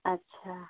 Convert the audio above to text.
अच्छा